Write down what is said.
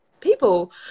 people